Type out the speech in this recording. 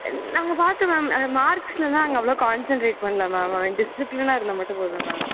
ஆ நாங்கள் பார்த்தோம் மேம் மார்க்ஸில் எல்லாம் நாங்கள் அவ்ளோவாக கான்சன்ட்ரேட் பண்ணல மேம் அவன் டிசிப்பிளினாக இருந்தால் மட்டும் போதும் மேம்